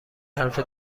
حرف